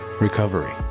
recovery